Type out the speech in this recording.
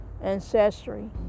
ancestry